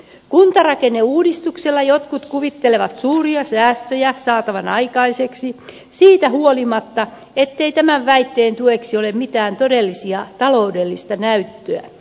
kuntarakenneuudistuksella jotkut kuvittelevat suuria säästöjä saatavan aikaiseksi siitä huolimatta ettei tämän väitteen tueksi ole mitään todellista taloudellista näyttöä